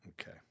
Okay